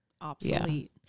obsolete